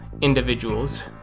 individuals